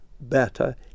better